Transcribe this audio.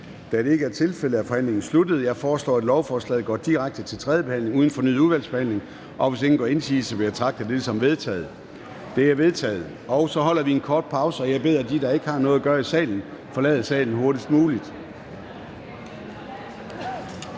Da det ikke er tilfældet, er forhandlingen sluttet. Jeg foreslår, at lovforslaget går direkte til tredje behandling uden fornyet udvalgsbehandling. Hvis ingen gør indsigelse, betragter jeg dette som vedtaget. Det er vedtaget. Så holder vi en kort pause, og jeg beder dem, der ikke har noget at gøre i salen, om at forlade salen hurtigst muligt.